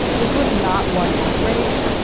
this was not one outbreak,